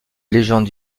légende